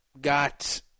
got